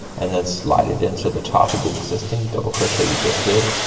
and then slide it into the top of the existing double crochet you just did,